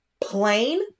plain